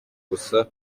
gusa